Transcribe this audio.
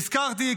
נזכרתי,